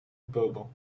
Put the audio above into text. bubble